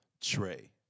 Trey